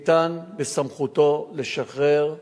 ניתן בסמכותו לשחרר,